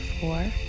four